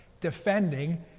defending